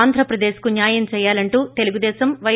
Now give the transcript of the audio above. ఆంధ్రప్రదేశ్కు న్యాయం చేయాలంటూ తెలుగుదేశంవై